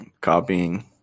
copying